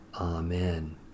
Amen